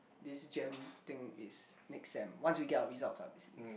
this gem thing is next sem once we get our result lah basically